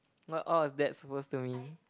what all was that supposed to mean